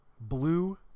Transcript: Blue